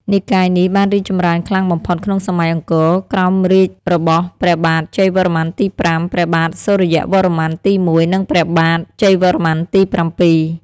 និកាយនេះបានរីកចម្រើនខ្លាំងបំផុតក្នុងសម័យអង្គរ ក្រោមរាជ្យរបស់ព្រះបាទ ជ័យវរ្ម័នទី ៥ ព្រះបាទ សូរ្យវរ្ម័នទី ១ និងព្រះបាទ ជ័យវរ្ម័នទី ៧។